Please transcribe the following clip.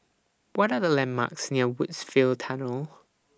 What Are The landmarks near Woodsville Tunnel